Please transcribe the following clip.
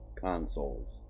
consoles